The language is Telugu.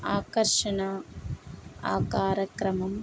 ఆకర్షణ ఆకార క్రమం